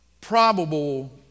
probable